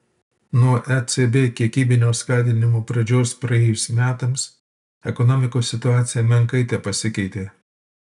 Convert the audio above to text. nuo ecb kiekybinio skatinimo pradžios praėjus metams ekonomikos situacija menkai tepasikeitė